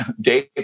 Dave